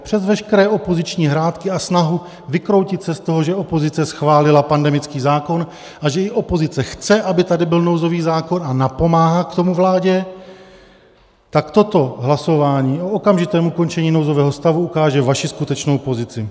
Přes veškeré opoziční hrátky a snahu vykroutit se z toho, že opozice schválila pandemický zákon a že i opozice chce, aby tady byl nouzový zákon, a napomáhá k tomu vládě, tak toto hlasování o okamžitém ukončení nouzového stavu ukáže vaši skutečnou pozici.